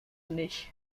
nicht